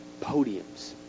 podiums